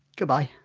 goodbye